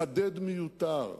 מחדד מיותר,